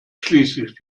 schließlich